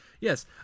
Yes